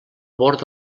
bord